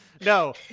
No